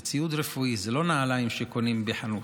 זה ציוד רפואי, זה לא נעליים שקונים בחנות.